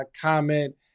comment